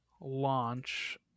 launch